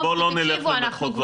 תקשיבו --- בוא לא נלך למחוזות האלה,